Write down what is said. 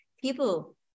people